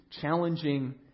challenging